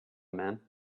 men